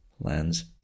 lens